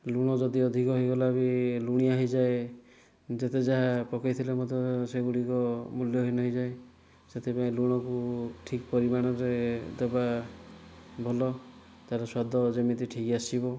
ଲୁଣ ଯଦି ଅଧିକ ହୋଇଗଲା ବି ଲୁଣିଆ ହୋଇଯାଏ ଯେତେ ଯାହା ପକେଇଥିଲେ ମଧ୍ୟ ସେଗୁଡ଼ିକ ମୁଲ୍ୟହିନ ହୋଇଯାଏ ସେଥିପାଇଁ ଲୁଣକୁ ଠିକ୍ ପରିମାଣରେ ଦେବା ଭଲ ତାର ସ୍ୱାଦ ଯେମିତି ଠିକ୍ ଆସିବ